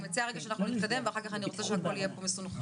אני מציעה שנתקדם ואחר כך אני רוצה שהכול יהיה פה מסונכרן,